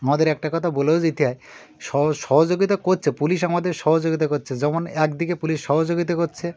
আমাদের একটা কথা বলেও যেতে হয় সহযোগিতা করছে পুলিশ আমাদের সহযোগিতা করছে যেমন একদিকে পুলিশ সহযোগিতা করছে